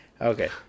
Okay